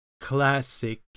classic